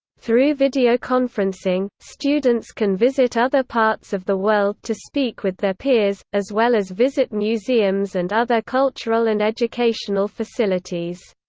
through videoconferencing, students can visit other parts of the world to speak with their peers, as well as visit museums and other cultural and educational facilities.